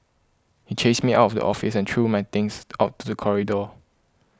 he chased me out of the office and threw my things out to the corridor